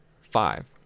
five